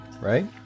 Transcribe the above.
right